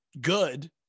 good